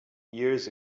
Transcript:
years